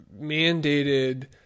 mandated